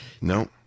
No